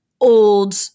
old